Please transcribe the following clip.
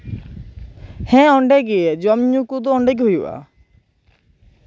ᱦᱮᱸ ᱚᱸᱰᱮ ᱜᱤ ᱡᱚᱢᱼᱧᱩ ᱠᱚᱫᱚ ᱚᱸᱰᱮ ᱜᱤ ᱦᱩᱭᱩᱜᱼᱟ